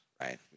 right